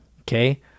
okay